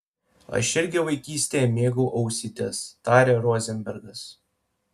aš irgi vaikystėje mėgau ausytes tarė rozenbergas